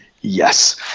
Yes